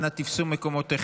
אנא, תפסו מקומותיכם.